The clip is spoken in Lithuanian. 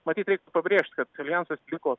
matyt reiktų pabrėžt kad aljansas liko